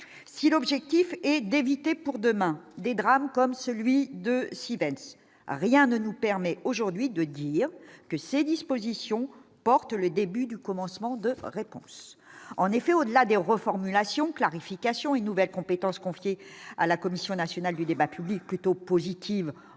si l'objectif est d'éviter pour demain des drames comme celui de Siemens, rien ne nous permet aujourd'hui de dire que ces dispositions portent le début du commencement de réponse en effet au-delà des reformulation clarification et nouvelles compétences confiées à la Commission nationale du débat public plutôt positive